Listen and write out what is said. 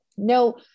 No